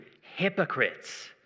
hypocrites